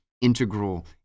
integral